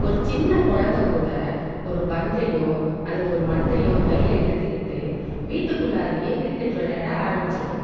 ஒரு சின்ன குழந்தக்கூட ஒரு பந்தையோ அல்லது ஒரு மட்டையோ கையில் எடுத்துக்கிட்டு வீட்டுக்குள்ளாரையே கிரிக்கெட் விள்ளாட ஆரம்பிச்சிடும்